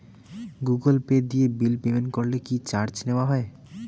Google Pay দিয়ে bill payment করলে কি চার্জ নেওয়া হয়?